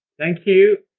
thank you,